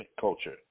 culture